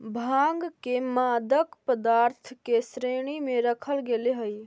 भाँग के मादक पदार्थ के श्रेणी में रखल गेले हइ